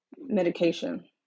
medication